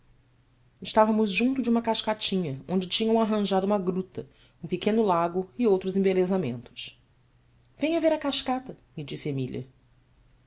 estávamos junto de uma cascatinha onde tinham arranjado uma gruta um pequeno lago e outros embelezamentos enha ver a cascata me disse emília